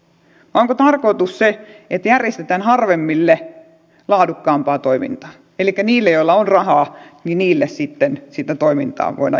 vai onko tarkoitus se että järjestetään harvemmille laadukkaampaa toimintaa elikkä niille joilla on rahaa sitten sitä toimintaa voidaan järjestää